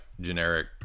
generic